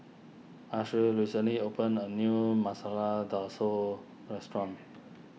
Ashley recently opened a new Masala restaurant